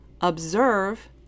observe